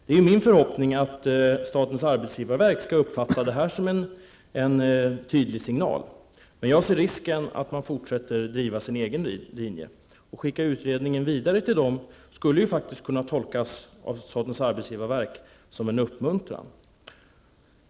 Det är min förhoppning att statens arbetsgivarverk skall uppfatta det här som en tydlig signal. Men jag ser risken att man fortsätter att driva sin egen linje. Om man skickar utredningen vidare till dem skulle det av statens arbetsgivarverk tolkas som en uppmuntran.